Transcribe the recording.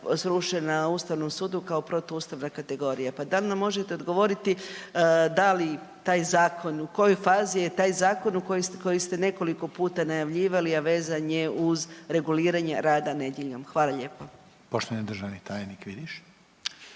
srušen na Ustavnom sudu kao protuustavna kategorija. Pa da li nam možete odgovoriti da li taj zakon, u kojoj fazi je taj zakon u koji ste nekoliko puta najavljivali, a vezan je uz reguliranje rada nedjeljom? Hvala lijepo. **Reiner, Željko